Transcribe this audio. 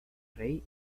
rey